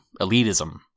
elitism